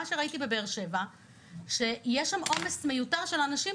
ראיתי בבאר שבע שיש עומס מיותר של אנשים